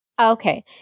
Okay